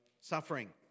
suffering